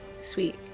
Sweet